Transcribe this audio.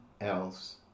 else